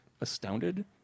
astounded